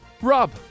Rob